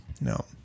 No